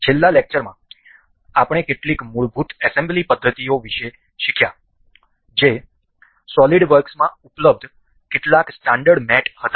છેલ્લા લેક્ચરમાં આપણે કેટલીક મૂળભૂત એસેમ્બલી પદ્ધતિઓ વિશે શીખ્યા જે સોલિડ વર્ક્સમાં ઉપલબ્ધ કેટલાક સ્ટાન્ડર્ડ મેટ હતા